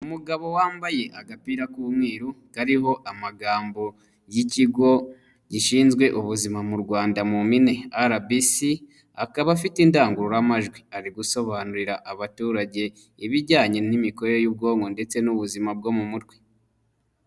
Umugabo wambaye agapira k'umweruru, kariho amagambo y'ikigo, gishinzwe ubuzima mu rwanda mumpine, RBC, akaba afite indangururamajwi, ari gusobanurira abaturage, ibijyanye n'imikorere y'ubwonko ndetse n'ubuzima bwo mu mutwe.